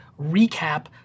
recap